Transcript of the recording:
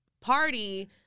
party